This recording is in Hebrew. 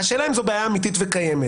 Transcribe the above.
השאלה אם זאת בעיה אמיתית וקיימת.